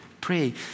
pray